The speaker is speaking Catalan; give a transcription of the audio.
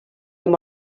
amb